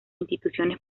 instituciones